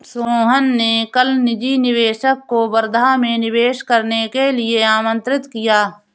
सोहन ने कल निजी निवेशक को वर्धा में निवेश करने के लिए आमंत्रित किया